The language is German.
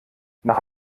nach